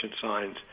signs